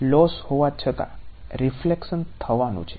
loss હોવા છતાં reflection થવાનું છે